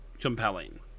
compelling